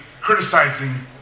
criticizing